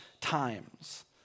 times